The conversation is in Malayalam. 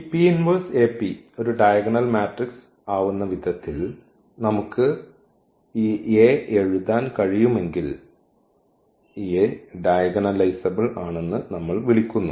ഈ ഒരു ഡയഗണൽ മാട്രിക്സ് ആവുന്ന വിധത്തിൽ നമുക്ക് ഈ A എഴുതാൻ കഴിയുമെങ്കിൽ ഈ A ഡയഗണലൈസബ്ൾ ആണെന്ന് നമ്മൾ വിളിക്കുന്നു